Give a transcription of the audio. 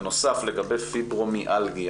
בנוסף, לגבי פיברומיאלגיה,